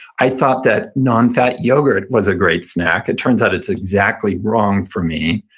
i thought that nonfat yogurt was a great snack. it turns out it's exactly wrong for me.